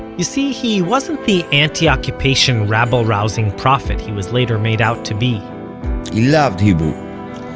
you see, he wasn't the anti-occupation, rabble-rousing prophet he was later made out to be he loved hebrew,